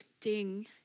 Ding